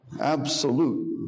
absolute